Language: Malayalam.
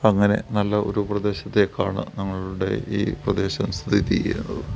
അങ്ങനെ നല്ല ഒരു പ്രദേശത്തേക്കാണ് ഞങ്ങളുടെ ഈ പ്രദേശം സ്ഥിതി ചെയ്യുന്നത്